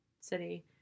city